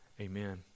Amen